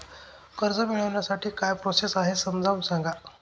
कर्ज मिळविण्यासाठी काय प्रोसेस आहे समजावून सांगा